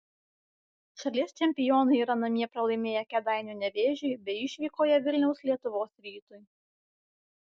šalies čempionai yra namie pralaimėję kėdainių nevėžiui bei išvykoje vilniaus lietuvos rytui